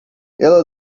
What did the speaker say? ela